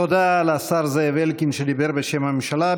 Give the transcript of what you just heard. תודה לשר זאב אלקין, שדיבר בשם הממשלה.